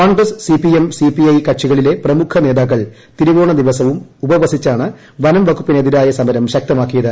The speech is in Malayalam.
Congress C P M C P I കക്ഷികളിലെ പ്രമുഖ നേതാക്കൾ തിരുവോണ ദിവസവും ഉപവസിച്ചാണ് വനം വകുപ്പിനെതിരായ സമരം ശക്തമാക്കിയത്